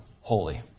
holy